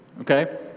okay